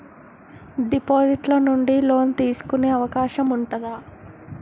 Deposit ల నుండి loan తీసుకునే అవకాశం ఉంటదా?